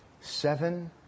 Seven